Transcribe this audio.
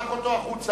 קח אותו החוצה,